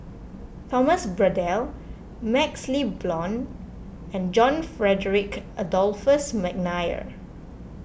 Thomas Braddell MaxLe Blond and John Frederick Adolphus McNair